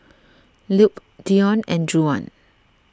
Lupe Deon and Juwan